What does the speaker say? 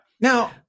Now